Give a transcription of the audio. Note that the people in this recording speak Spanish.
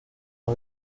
una